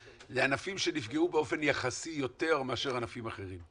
לענפים שנפגעו באופן יחסי יותר מאשר ענפים אחרים.